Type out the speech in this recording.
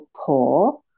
poor